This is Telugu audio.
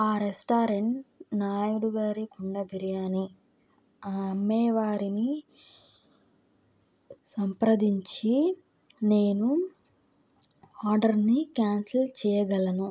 ఆ రెస్టారెంట్ నాయుడు గారి కుండ బిర్యానీ అమ్మేవారిని సంప్రదించి నేను ఆర్డర్ని క్యాన్సిల్ చేయగలను